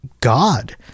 god